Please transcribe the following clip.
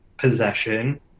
possession